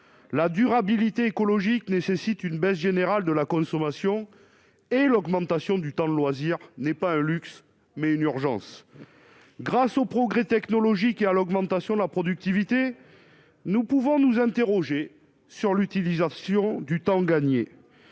la durabilité écologique nécessite une baisse générale de la consommation et l'augmentation du temps de loisirs n'est pas un luxe mais une urgence grâce aux progrès technologiques et à l'augmentation de la productivité, nous pouvons nous interroger sur l'utilisation du temps gagné,